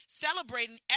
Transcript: celebrating